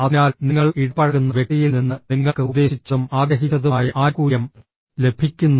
അതിനാൽ നിങ്ങൾ ഇടപഴകുന്ന വ്യക്തിയിൽ നിന്ന് നിങ്ങൾക്ക് ഉദ്ദേശിച്ചതും ആഗ്രഹിച്ചതുമായ ആനുകൂല്യം ലഭിക്കുന്നു